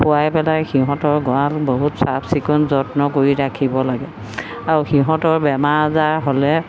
খুৱাই পেলাই সিহঁতৰ গড়াল বহুত চাফ চিকুণ যত্ন কৰি ৰাখিব লাগে আৰু সিহঁতৰ বেমাৰ আজাৰ হ'লে